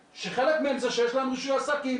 שחלק מזה זה שיש להם רישוי עסקים,